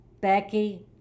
Becky